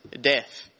death